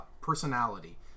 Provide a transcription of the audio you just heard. Personality